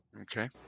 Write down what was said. Okay